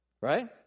right